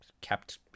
kept